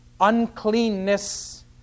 uncleanness